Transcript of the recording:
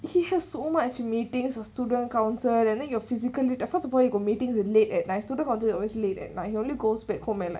he has so much meetings for student council and then you are physically the first of all you got meeting at late at night student council always late at night he only goes back home at night